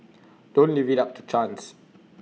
don't leave IT up to chance